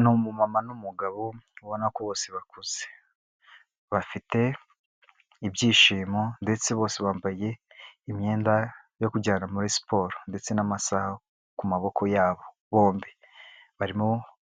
Ni umumama n'umugabo ubona kose bakuze, bafite ibyishimo ndetse bose bambaye imyenda yo kujyana muri siporo ndetse n'amasaha ku maboko yabo bombi, bari